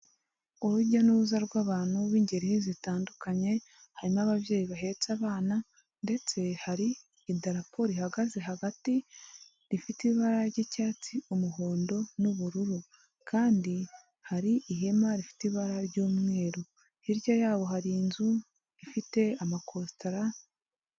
Urujya n'uruza rw'abantu b'ingeri zitandukanye harimo ababyeyi bahetse abana ndetse hari idarapo ihagaze hagati rifite ibara ry'icyatsi umuhondo n'ubururu kandi hari ihema rifite ibara ry'umweru hirya yaho hari inzu ifite amakostara.